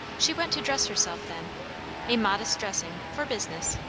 she went to dress herself then a modest dressing, for business,